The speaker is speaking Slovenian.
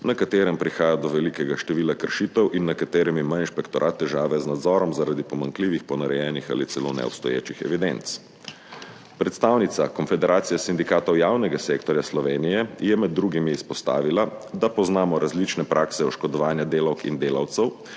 na katerem prihaja do velikega števila kršitev in na katerem ima inšpektorat težave z nadzorom zaradi pomanjkljivih, ponarejenih ali celo neobstoječih evidenc. Predstavnica Konfederacije sindikatov javnega sektorja Slovenije je med drugim izpostavila, da poznamo različne prakse oškodovanja delavk in delavcev,